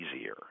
easier